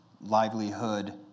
livelihood